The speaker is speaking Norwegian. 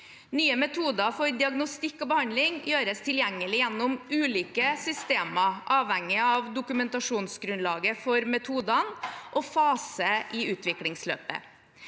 Nye metoder for diagnostikk og behandling gjøres tilgjengelige gjennom ulike systemer, avhengig av dokumentasjonsgrunnlaget for metodene og fase i utviklingsløpet.